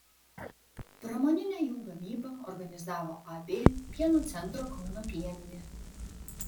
pramoninę jų gamybą organizavo ab pieno centro kauno pieninė